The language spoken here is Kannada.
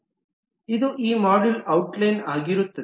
ಇದು ಈ ಮಾಡ್ಯೂಲ್ನ ಔಟ್ಲೈನ್ ಆಗಿರುತ್ತದೆ